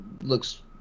looks